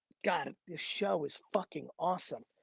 god, this show is fucking awesome.